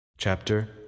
Chapter